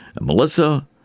Melissa